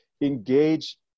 engage